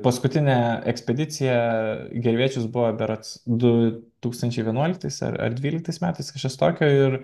paskutinė ekspedicija į gervėčius buvo berods du tūkstančiai vienuoliktais ar dvyliktais metais kažkas tokio ir